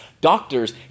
Doctors